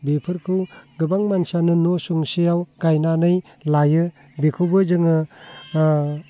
बेफोरखौ गोबां मानसियानो न' सुंसेयाव गायनानै लायो बेखौबो जोङो